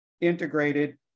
integrated